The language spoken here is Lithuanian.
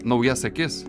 naujas akis